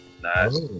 Nice